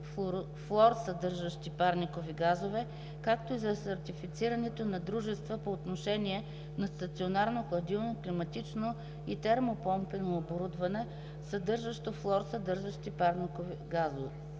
флуорсъдържащи парникови газове, както и за сертифицирането на дружества по отношение на стационарно хладилно, климатично и термопомпено оборудване, съдържащо флуорсъдържащи парникови газове